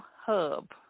Hub